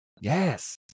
Yes